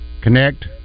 Connect